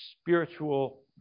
spiritual